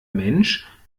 mensch